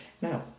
Now